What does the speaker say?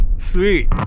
Sweet